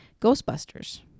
Ghostbusters